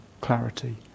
clarity